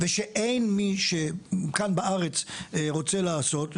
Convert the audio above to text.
ושאין מי שכאן בארץ רוצה לעשות,